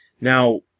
Now